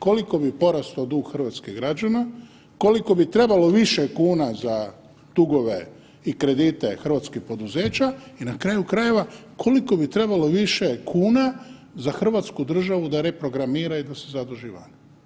Koliko bi porastao drug hrvatskih građana, koliko bi trebalo više kuna za dugove i kredite hrvatskih poduzeća i na kraju krajeva koliko bi trebalo više kuna za hrvatsku državu da reprogramira i da se zaduži vani.